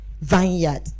vineyard